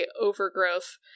overgrowth